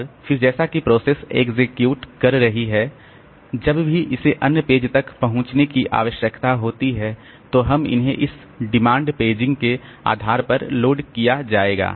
और फिर जैसा कि प्रोसेस एक्सक्यूट कर रही है जब भी इसे अन्य पेज तक पहुंचने की आवश्यकता होती है तो उन्हें इस डिमांड पेजिंग के आधार पर लोड किया जाएगा